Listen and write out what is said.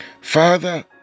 Father